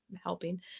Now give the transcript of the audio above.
helping